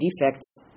defects